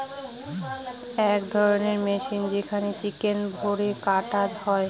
এক ধরণের মেশিন যেখানে চিকেন ভোরে কাটা হয়